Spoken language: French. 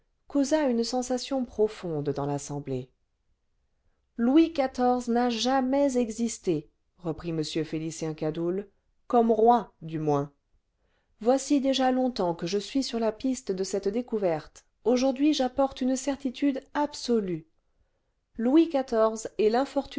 causa une sensation profonde dans l'assemblée louis xiv n'a jamais existé reprit m félicien oadoul comme roi du moins voici déjà longtemps que je suis sur la piste de cette découverte aujourd'hui j'apporte une certitude absolue louis xiv